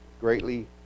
greatly